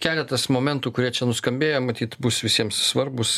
keletas momentų kurie čia nuskambėjo matyt bus visiems svarbūs